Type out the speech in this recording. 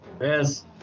Yes